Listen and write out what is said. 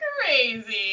crazy